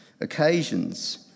occasions